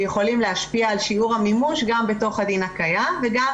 שיכולים להשפיע על שיעור המימוש גם בתוך הדין הקיים וגם